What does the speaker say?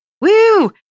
woo